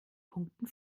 punkten